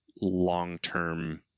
long-term